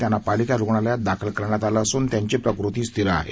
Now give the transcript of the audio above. त्यांना पालिका रूग्णालयात दाखल करण्यात आलं असून त्यांची प्रकृती स्थिर आहे